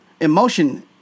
emotion